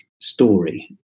story